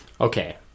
Okay